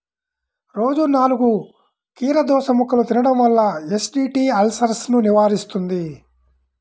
రోజూ నాలుగు కీరదోసముక్కలు తినడం వల్ల ఎసిడిటీ, అల్సర్సను నివారిస్తుంది